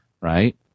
Right